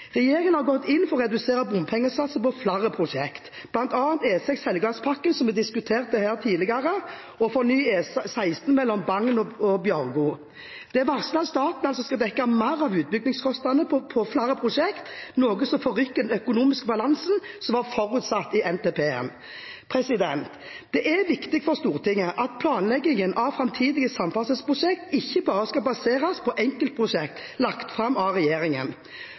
Regjeringen har gått inn for reduserte bompengesatser på flere prosjekter, bl.a. på E6 Helgelandspakken, som vi diskuterte her tidligere, og på ny E16 mellom Bagn og Bjørgo. Det er varslet at staten skal dekke mer av utbyggingskostnadene på flere prosjekter, noe som forrykker den økonomiske balansen som var forutsatt i NTP. Det er viktig for Stortinget at planleggingen av framtidige samferdselsprosjekter ikke bare skal baseres på enkeltprosjekter lagt fram av regjeringen.